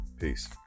Peace